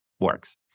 works